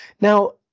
Now